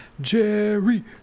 Jerry